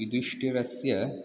युधिष्ठिरस्य